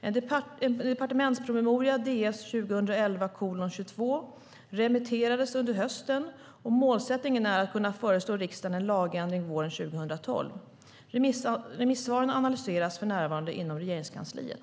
En Departementspromemoria remitterades under hösten och målsättningen är att kunna föreslå riksdagen en lagändring våren 2012. Remissvaren analyseras för närvarande inom Regeringskansliet.